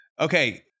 Okay